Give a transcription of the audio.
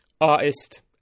artist